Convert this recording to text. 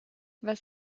was